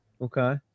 okay